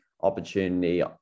opportunity